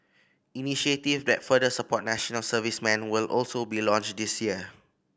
initiative that further support national serviceman will also be launched this year